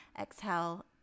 Exhale